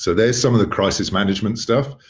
so there's some of the crisis management stuff.